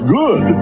good